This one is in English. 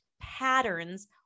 patterns